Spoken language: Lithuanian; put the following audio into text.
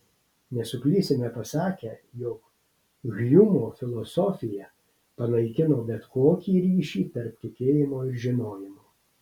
nesuklysime pasakę jog hjumo filosofija panaikino bet kokį ryšį tarp tikėjimo ir žinojimo